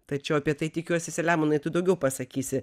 tačiau apie tai tikiuosi seliamonai tu daugiau pasakysi